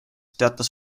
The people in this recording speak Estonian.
teatas